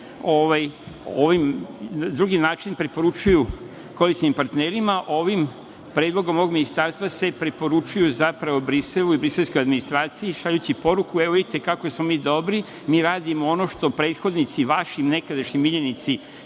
na drugi način preporučuju koalicionim partnerima, ovim predlogom ministarstva se proporučuju zapravo Briselu i briselskoj administraciji šaljući poruku – evo vidite kako smo mi dobri, mi radimo ono što prethodnici naši, nekadašnji miljenici